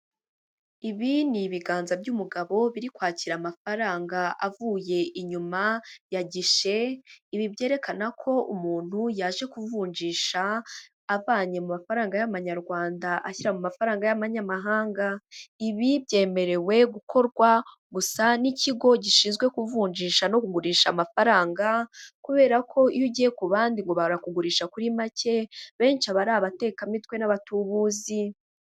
Ibi ni ibiganza by'umugabo biri kwakira amafaranga avuye inyuma ya gishe, ibi byerekana ko umuntu yaje kuvunjisha, avanye mu mafaranga y'Amanyarwanda ashyira mu mafaranga y'Abanyamahanga, ibi byemerewe gukorwa gusa n'ikigo gishinzwe kuvunjisha no kugurisha amafaranga, kubera ko iyo ugiye ku bandi ngo barakugurisha kuri make benshi aba ari abatekamitwe n'abatubuzi.